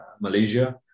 Malaysia